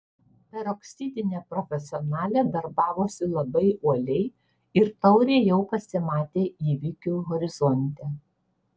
peroksidinė profesionalė darbavosi labai uoliai ir taurė jau pasimatė įvykių horizonte